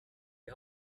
die